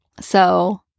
So-